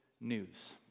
news